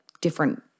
different